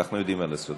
אנחנו יודעים מה לעשות.